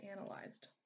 analyzed